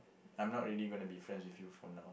I'm not really gonna be friends with you from now